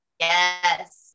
Yes